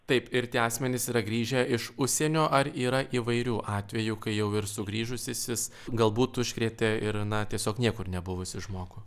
taip ir tie asmenys yra grįžę iš užsienio ar yra įvairių atvejų kai jau ir sugrįžusysis galbūt užkrėtė ir na tiesiog niekur nebuvusį žmogų